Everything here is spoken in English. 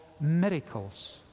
miracles